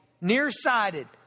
nearsighted